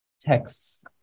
texts